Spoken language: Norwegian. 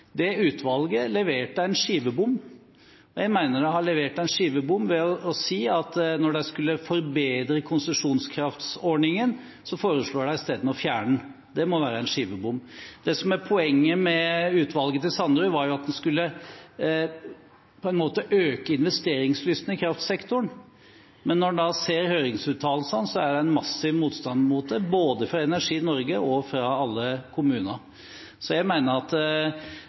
det utvalget levert en skivebom. Jeg mener det de har levert, var en skivebom, for når de skulle forbedre konsesjonskraftordningen, foreslo de i stedet å fjerne den. Det må være en skivebom. Det som var poenget med utvalget til Sanderud, var at en skulle øke investeringslysten i kraftsektoren. Men når man ser på høringsuttalelsene, er det en massiv motstand mot det – både fra Energi Norge og fra alle kommunene. Jeg mener ikke at